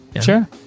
sure